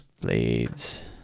blades